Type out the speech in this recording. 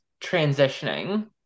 transitioning